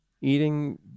eating